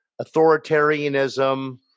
authoritarianism